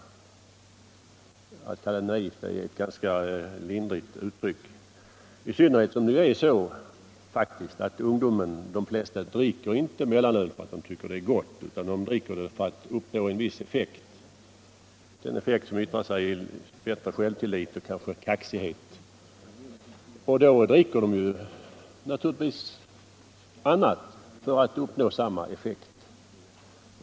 Ja, naivt är ett lindrigt uttryck i detta sammanhang, i synnerhet som de flesta ungdomar faktiskt inte dricker mellanöl därför att de tycker att det är gott utan för att nå en viss effekt — en effekt som yttrar sig i bättre självtillit och kanske kaxighet. Om det inte finns mellanöl dricker de naturligtvis något annat för att uppnå samma effekt.